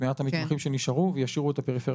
מעט המתמחים שנשארו וישאירו את הפריפריה.